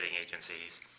agencies